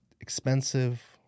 expensive